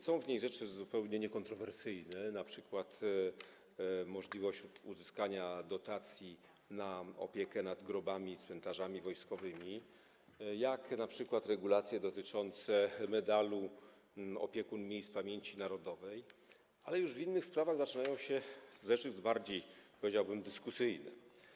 Są w niej rzeczy zupełnie niekontrowersyjne, np. możliwość uzyskania dotacji na opiekę nad grobami i cmentarzami wojskowymi, regulacje dotyczące medalu „Opiekun Miejsc Pamięci Narodowej”, ale już w innych sprawach zaczynają się rzeczy bardziej, powiedziałbym, dyskusyjne.